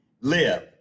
live